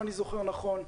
אם אני זוכר נכון,